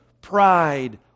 pride